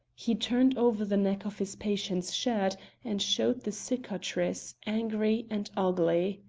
he turned over the neck of his patient's shirt and showed the cicatrice, angry and ugly.